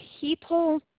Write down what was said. people